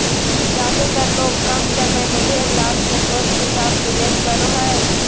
ज्यादेतर लोग कम समय में ढेर लाभ के सोच के साथ निवेश करो हइ